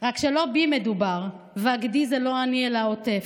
רק שלא בי מדובר, והגדי זה לא אני אלא העוטף.